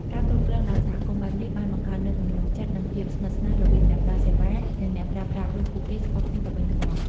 ការគ្រប់គ្រងដោយសហគមន៍បែបនេះបានបង្កើតនូវទំនុកចិត្តនិងភាពស្និទ្ធស្នាលរវាងអ្នកផ្តល់សេវា និងអ្នកប្រើប្រាស់ព្រោះពួកគេស្គាល់គ្នាទៅវិញទៅមក។